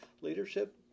leadership